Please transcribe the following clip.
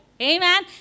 Amen